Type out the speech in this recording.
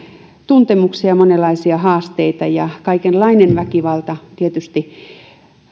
tuntemuksia ja monenlaisia haasteita ja kaikenlainen väkivalta tietysti